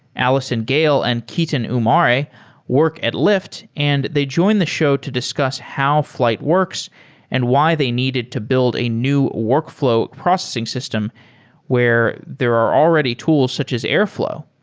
allyson gale and ketan umare work at lyft and they join the show to discuss how flyte works and why they needed to build a new workflow processing system where there are already tools such as airflow.